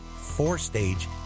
four-stage